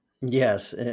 Yes